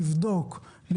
לבדוק,